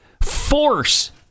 Force